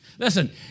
Listen